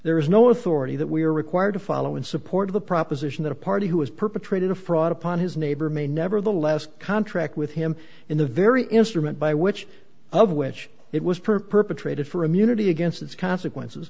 there is no authority that we are required to follow in support of the proposition that a party who has perpetrated a fraud upon his neighbor may nevertheless contract with him in the very instrument by which of which it was perpetrated for immunity against its consequences